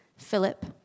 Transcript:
Philip